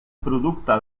producte